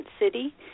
city